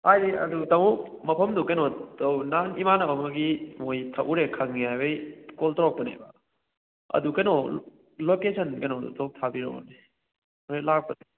ꯍꯥꯏꯗꯤ ꯑꯗꯨ ꯇꯥꯃꯣ ꯃꯐꯝꯗꯨ ꯀꯩꯅꯣ ꯇꯧ ꯅꯍꯥꯟ ꯏꯃꯥꯟꯅꯕ ꯑꯃꯒꯤ ꯃꯣꯏ ꯊꯛꯎꯔꯦ ꯈꯪꯉꯤ ꯍꯥꯏꯕꯩ ꯀꯣꯜ ꯇꯧꯔꯛꯄꯅꯦꯕ ꯑꯗꯨ ꯀꯩꯅꯣ ꯂꯣꯀꯦꯁꯟ ꯀꯩꯅꯣꯗꯣ ꯇꯣꯛ ꯊꯥꯕꯤꯔꯛꯑꯣꯅꯦ ꯍꯣꯔꯦꯟ ꯂꯥꯛꯄ